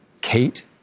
Kate